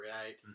create